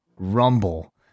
rumble